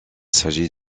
s’agit